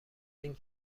این